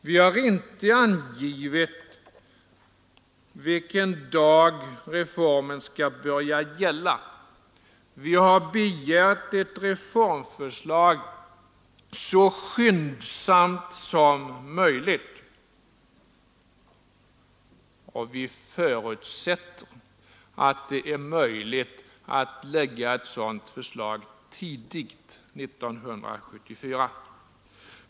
Vi har inte angivit vilken dag reformen skall börja gälla — vi har begärt ett reformförslag så skyndsamt som möjligt. Och vi förutsätter att det är möjligt att framlägga ett sådant förslag tidigt under 1974.